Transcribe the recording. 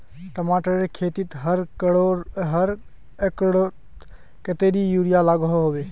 टमाटरेर खेतीत हर एकड़ोत कतेरी यूरिया लागोहो होबे?